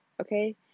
Okay